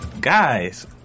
Guys